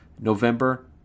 November